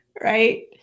right